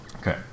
Okay